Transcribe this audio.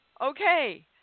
Okay